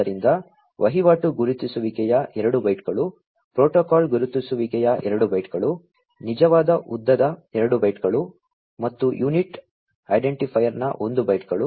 ಆದ್ದರಿಂದ ವಹಿವಾಟು ಗುರುತಿಸುವಿಕೆಯ 2 ಬೈಟ್ಗಳು ಪ್ರೋಟೋಕಾಲ್ ಗುರುತಿಸುವಿಕೆಯ 2 ಬೈಟ್ಗಳು ನಿಜವಾದ ಉದ್ದದ 2 ಬೈಟ್ಗಳು ಮತ್ತು ಯುನಿಟ್ ಐಡೆಂಟಿಫೈಯರ್ನ 1 ಬೈಟ್ಗಳು